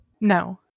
No